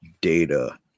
data